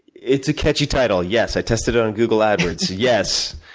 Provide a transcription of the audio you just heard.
it's a catchy title, yes, i tested it on google adwords, yes,